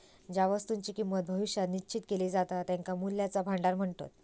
ज्या वस्तुंची किंमत भविष्यात निश्चित केली जाता त्यांका मूल्याचा भांडार म्हणतत